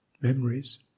Memories